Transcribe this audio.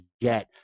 get